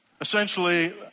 Essentially